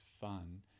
fun